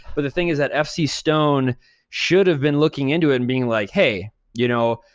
but the thing is that fcstone should have been looking into it and being, like, hey! you know,